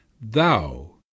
Thou